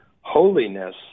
holiness